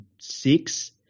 six